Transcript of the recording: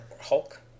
Hulk